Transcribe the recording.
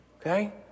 okay